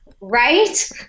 Right